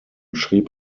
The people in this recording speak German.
schrieb